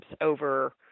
over